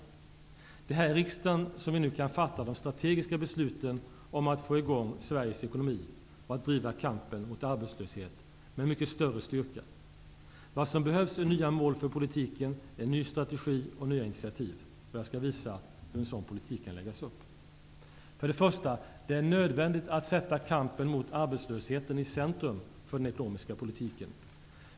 Det är här i riskdagen som vi nu kan fatta de strategiska besluten om att få i gång Sveriges ekonomi och om att driva kampen mot arbetslösheten med mycket större styrka. Vad som behövs är nya mål för politiken, en ny strategi och nya initiativ. Jag skall visa hur en sådan politik kan läggas upp. För det första: Det är nödvändigt att sätta kampen mot arbetslösheten i centrum för den ekonomiska politiken.